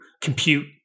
compute